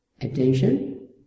attention